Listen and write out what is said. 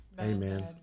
Amen